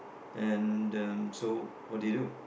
and um so what do you do